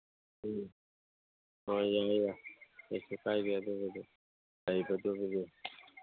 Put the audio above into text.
ꯎꯝ ꯍꯣꯏ ꯌꯥꯏ ꯌꯥꯏ ꯀꯩꯁꯨ ꯀꯥꯏꯗꯦ ꯑꯗꯨꯕꯨꯗꯤ ꯂꯩꯕꯗꯨꯕꯨꯗꯤ